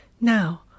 Now